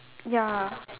ya